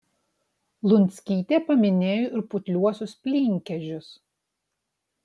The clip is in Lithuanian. lunskytė paminėjo ir putliuosius plynkežius